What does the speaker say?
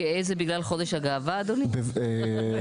הגאה זה בגלל חודש הגאווה, אדוני?